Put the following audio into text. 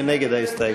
מי נגד ההסתייגות?